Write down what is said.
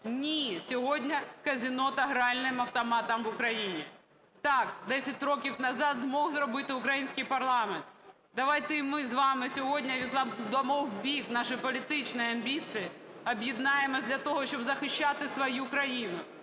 "ні" сьогодні казино та гральним автоматам в Україні. Так, 10 років назад, зміг зробити український парламент. Давайте і ми з вами сьогодні відкладемо в бік наші політичні амбіції, об'єднаємося для того, щоб захищати свою країну,